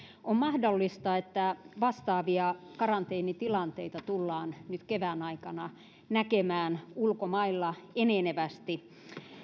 on mahdollista että vastaavia karanteenitilanteita tullaan nyt kevään aikana näkemään ulkomailla enenevästi